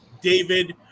David